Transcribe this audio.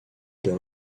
d’un